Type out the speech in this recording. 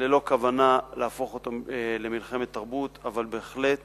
ללא כוונה להפוך אותו למלחמת תרבות, אבל בהחלט